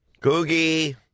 Googie